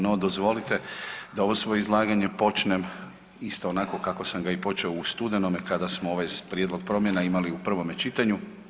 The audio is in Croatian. No dozvolite da ovo svoje izlaganje počnem isto onako kako sam ga počeo i u studenome kada smo ovaj prijedlog promjena imali u prvom čitanju.